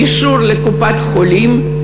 קישור לקופת-חולים,